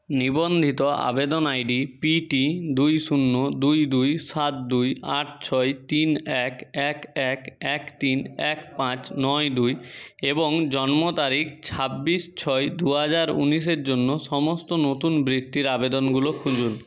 নিবন্ধিত আবেদন ID P T দুই শূন্য দুই দুই সাত দুই আট ছয় তিন এক এক এক এক তিন এক পাঁচ নয় দুই এবং জন্ম তারিখ ছাব্বিশ ছয় দু হাজার উনিশের জন্য সমস্ত নতুন বৃত্তির আবেদনগুলো খুঁজুন